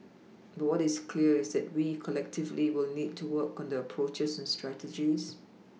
but what is clear is that we collectively will need to work on the approaches and strategies